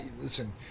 listen